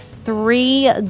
three